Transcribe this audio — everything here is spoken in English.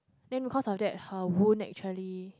then because of that her wound actually